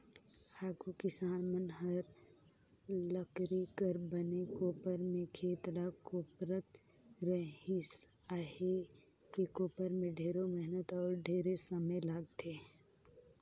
आघु किसान मन हर लकरी कर बने कोपर में खेत ल कोपरत रिहिस अहे, ए कोपर में ढेरे मेहनत अउ ढेरे समे लगथे